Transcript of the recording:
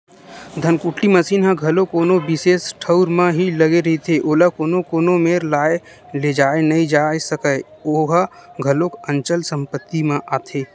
धनकुट्टी मसीन ह घलो कोनो बिसेस ठउर म ही लगे रहिथे, ओला कोनो मेर लाय लेजाय नइ जाय सकय ओहा घलोक अंचल संपत्ति म आथे